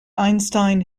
einstein